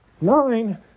nine